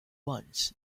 once